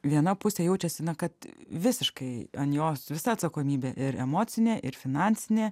viena pusė jaučiasi na kad visiškai an jos visa atsakomybė ir emocinė ir finansinė